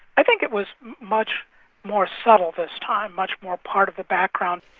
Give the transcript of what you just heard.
i think it was much more subtle this time, much more part of the background.